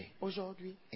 aujourd'hui